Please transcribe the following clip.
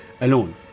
alone